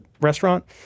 restaurant